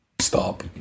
stop